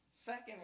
Second